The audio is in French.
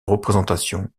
représentation